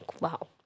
wow